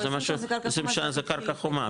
זה מה שעושים שקרקע חומה,